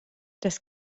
das